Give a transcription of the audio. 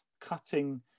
cutting